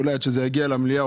אולי כשזה יגיע מליאה,